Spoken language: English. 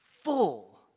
full